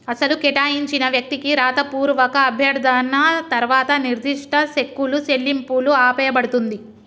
అసలు కేటాయించిన వ్యక్తికి రాతపూర్వక అభ్యర్థన తర్వాత నిర్దిష్ట సెక్కులు చెల్లింపులు ఆపేయబడుతుంది